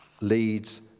leads